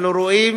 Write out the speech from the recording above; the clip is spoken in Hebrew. אנחנו רואים